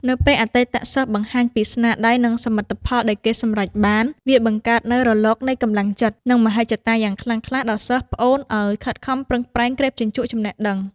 នៅពេលអតីតសិស្សបង្ហាញពីស្នាដៃ និងសមិទ្ធផលដែលគេសម្រេចបាន វាបង្កើតនូវរលកនៃកម្លាំងចិត្ត និងមហិច្ឆតាយ៉ាងខ្លាំងក្លាដល់សិស្សប្អូនឱ្យខិតខំប្រឹងប្រែងក្រេបជញ្ជក់ចំណេះដឹង។